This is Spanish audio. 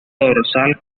dorsal